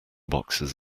boxes